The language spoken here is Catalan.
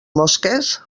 mosques